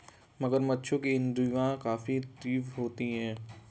मगरमच्छों की इंद्रियाँ काफी तीव्र होती हैं